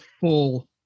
full